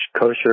kosher